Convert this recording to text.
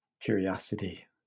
curiosity